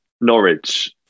Norwich